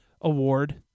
award